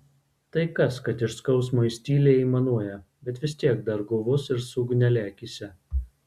tai kas kad iš skausmo jis tyliai aimanuoja bet vis tiek dar guvus ir su ugnele akyse